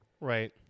Right